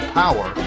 power